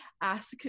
ask